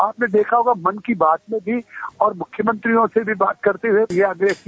आपने देखा होगा मन की बात में भी और मुख्यमंत्रियों से भी बात करते हुए यह आदेश दिया